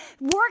work